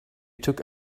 took